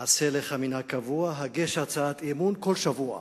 עשה לך מנהג קבוע, הגש הצעת אי-אמון כל שבוע.